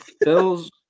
Bill's